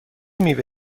میوه